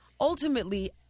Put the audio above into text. Ultimately